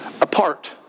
apart